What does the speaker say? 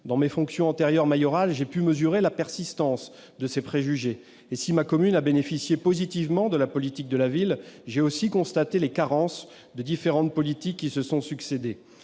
Dans mes fonctions mayorales antérieures, j'ai pu mesurer la persistance de ces préjugés. Si ma commune a bénéficié positivement de la politique de la ville, j'ai pu aussi constater les carences des différentes politiques qui se sont succédé.